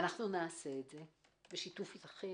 ונעשה את זה אתכם